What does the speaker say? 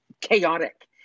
chaotic